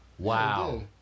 Wow